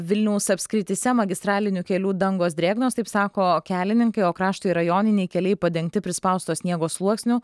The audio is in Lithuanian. vilniaus apskrityse magistralinių kelių dangos drėgnos taip sako kelininkai o krašto ir rajoniniai keliai padengti prispausto sniego sluoksniu